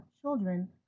children